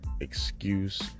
excuse